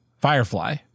Firefly